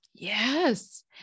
Yes